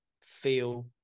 feel